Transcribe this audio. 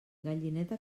gallineta